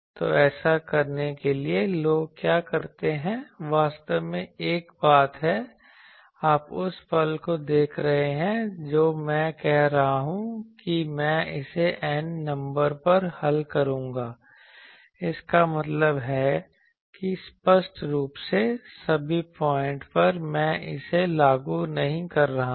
तो ऐसा करने के लिए लोग क्या करते हैं वास्तव में एक बात है आप उस पल को देख रहे हैं जो मैं कह रहा हूं कि मैं इसे N नंबर पर हल करूंगा इसका मतलब है कि स्पष्ट रूप से सभी पॉइंट पर मैं इसे लागू नहीं कर रहा हूं